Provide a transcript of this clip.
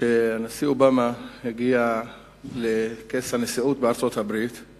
כשהנשיא אובמה הגיע לכס הנשיאות בארצות-הברית הוא